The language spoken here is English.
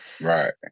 Right